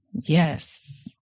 Yes